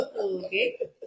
Okay